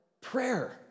Prayer